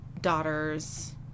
daughters